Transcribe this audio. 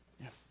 Yes